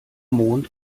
mond